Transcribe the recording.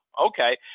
okay